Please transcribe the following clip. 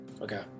Okay